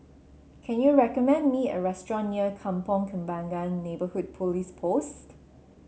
can you recommend me a restaurant near Kampong Kembangan Neighbourhood Police Post